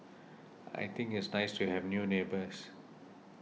I think it's nice to have new neighbours